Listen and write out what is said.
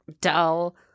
dull